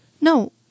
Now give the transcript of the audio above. No